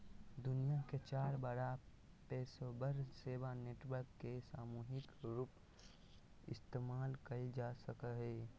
दुनिया के चार बड़ा पेशेवर सेवा नेटवर्क के सामूहिक रूपसे इस्तेमाल कइल जा वाला नाम हइ